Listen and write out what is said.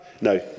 No